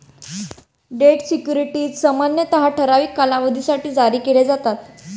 date securities सामान्यतः ठराविक कालावधीसाठी जारी केले जातात